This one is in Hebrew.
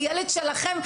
הילד שלכם,